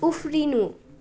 उफ्रिनु